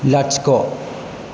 लाथिख'